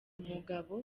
mugabo